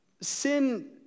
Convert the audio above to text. Sin